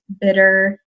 bitter